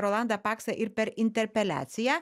rolandą paksą ir per interpeliaciją